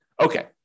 Okay